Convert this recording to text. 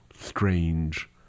strange